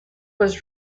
was